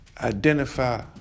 identify